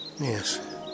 Yes